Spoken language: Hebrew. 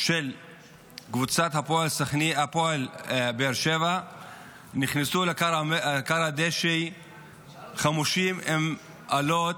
של קבוצת הפועל באר שבע נכנסו לכר הדשא חמושים באלות,